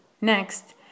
Next